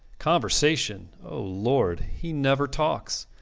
conversation! o lord! he never talks.